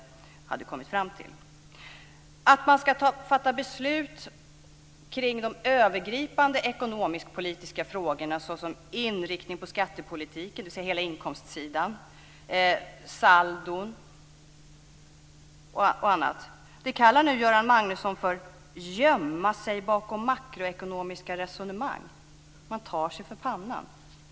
Göran Magnusson kallar att fatta beslut kring de övergripande ekonomisk-politiska frågorna såsom inriktning på skattepolitiken, dvs. hela inkomstsidan, saldon osv., för att gömma sig bakom makroekonomiska resonemang. Man tar sig för pannan.